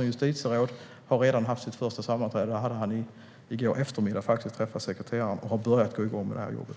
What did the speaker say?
justitierådet Dag Mattsson har redan haft sitt första sammanträde. I går eftermiddag träffade han sekreteraren. Han har redan satt igång med det här jobbet.